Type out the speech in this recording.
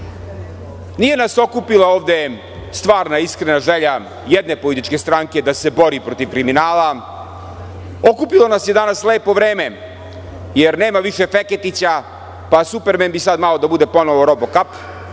nije nas okupila ovde stvarna i iskrena želja jedne političke stranke da se bori protiv kriminala. Okupilo nas je danas lepo vreme, jer nema više Feketića, pa bi „supermen“ sada malo da bude ponovo „robokap“,